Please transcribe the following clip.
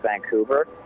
Vancouver